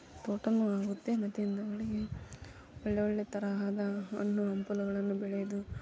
ತೋಟವೂ ಆಗುತ್ತೆ ಮತ್ತು ಹಿಂದುಗಡೆಗೆ ಒಳ್ಳೊಳ್ಳೆ ತರಹದ ಹಣ್ಣು ಹಂಪಲುಗಳನ್ನು ಬೆಳೆದು